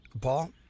Paul